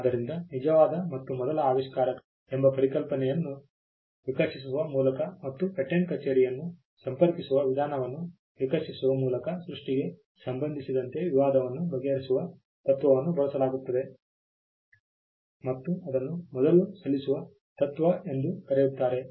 ಆದ್ದರಿಂದ ನಿಜವಾದ ಮತ್ತು ಮೊದಲ ಆವಿಷ್ಕಾರಕ ಎಂಬ ಪರಿಕಲ್ಪನೆಯನ್ನು ವಿಕಸಿಸುವ ಮೂಲಕ ಮತ್ತು ಪೇಟೆಂಟ್ ಕಚೇರಿಯನ್ನು ಸಂಪರ್ಕಿಸುವ ವಿಧಾನವನ್ನು ವಿಕಸಿಸುವ ಮೂಲಕ ಸೃಷ್ಟಿಗೆ ಸಂಬಂಧಿಸಿದಂತೆ ವಿವಾದವನ್ನು ಬಗೆಹರಿಸುವ ತತ್ವವನ್ನು ಬಳಸಲಾಗುತ್ತದೆ ಮತ್ತು ಅದನ್ನು ಮೊದಲು ಸಲ್ಲಿಸುವ ತತ್ವ ಎಂದು ಕರೆಯುತ್ತಾರೆ